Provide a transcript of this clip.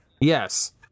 yes